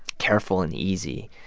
careful and easy.